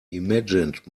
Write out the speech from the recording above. imagined